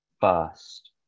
first